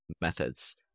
methods